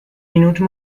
minute